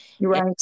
right